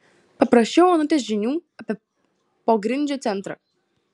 paprašiau onutės žinių apie pogrindžio centrą